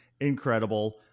Incredible